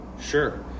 sure